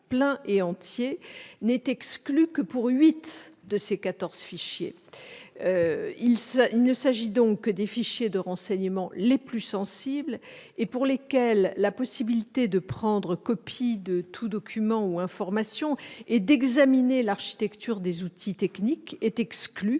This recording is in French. plein et entier, n'est exclue que pour huit de ces quatorze fichiers : il ne s'agit donc que des fichiers de renseignement les plus sensibles et pour lesquels la possibilité d'obtenir copie de tout document ou information et d'examiner l'architecture des outils techniques est exclue,